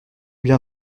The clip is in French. bien